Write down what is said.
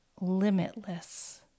limitless